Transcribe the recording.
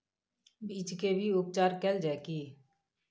बीज के भी उपचार कैल जाय की?